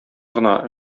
гына